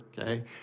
Okay